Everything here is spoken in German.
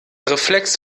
reflex